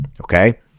okay